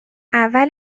اول